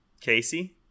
Casey